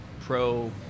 pro